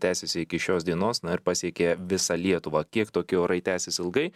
tęsiasi iki šios dienos na ir pasiekė visą lietuvą kiek tokie orai tęsis ilgai